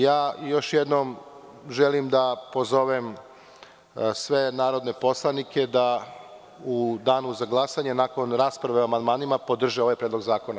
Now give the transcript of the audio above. Još jednim želim da pozovem sve narodne poslanike da u Danu za glasanje, nakon rasprave o amandmanima, podrže ovaj predlog zakona.